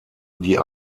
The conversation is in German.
die